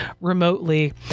remotely